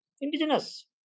indigenous